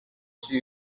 sur